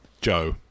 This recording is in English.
Joe